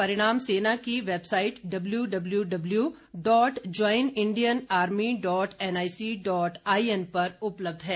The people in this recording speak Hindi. परिणाम सेना की website W W W W dot join Indian army dot NIC dot in पर उपलब्ध है